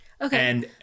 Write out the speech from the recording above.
Okay